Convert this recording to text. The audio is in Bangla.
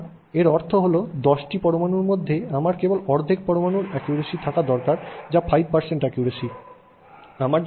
সুতরাং এর অর্থ হল 10 টি পরমাণুর মধ্যে আমার কেবলমাত্র অর্ধেক পরমাণুর অ্যাকুরেসি থাকা দরকার যা 5 অ্যাকুরেসি